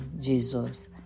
Jesus